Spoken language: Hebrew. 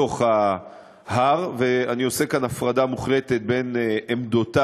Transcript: בתוך ההר ואני עושה כאן הפרדה מוחלטת בין עמדותי